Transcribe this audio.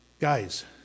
guys